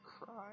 cry